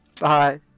Bye